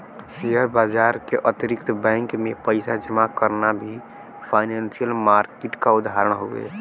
share बाजार के अतिरिक्त बैंक में पइसा जमा करना भी फाइनेंसियल मार्किट क उदाहरण हउवे